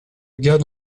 gars